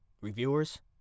reviewers